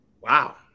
Wow